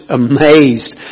amazed